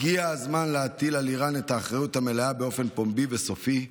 הגיע הזמן להטיל על איראן את האחריות המלאה באופן פומבי וסופי.